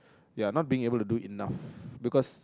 ya not being able to do enough because